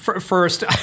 first